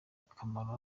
akamaro